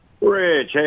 Rich